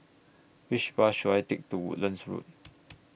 Which Bus should I Take to Woodlands Road